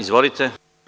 Izvolite.